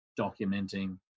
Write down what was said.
documenting